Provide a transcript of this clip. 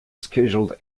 scheduled